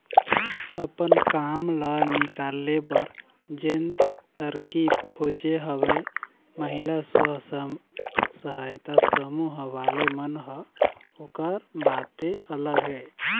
अपन काम ल निकाले बर जेन तरकीब खोजे हवय महिला स्व सहायता समूह वाले मन ह ओखर बाते अलग हे